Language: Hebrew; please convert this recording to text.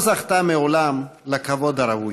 לא זכתה מעולם לכבוד הראוי.